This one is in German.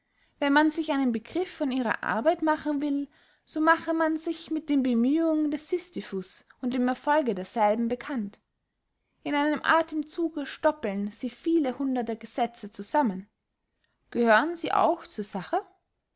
wenn man sich einen begriff von ihrer arbeit machen will so mache man sich mit den bemühungen des sistyphus und dem erfolge derselben bekannt in einem athemzuge stoppeln sie viele hundert gesetze zusammen gehören sie auch zur sache